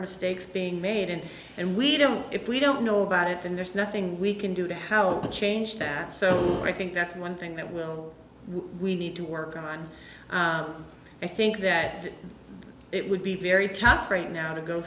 mistakes being made and and we don't if we don't know about it then there's nothing we can do to how to change that so i think that's one thing that will we need to work on i think that it would be very tough right now to go